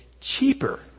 cheaper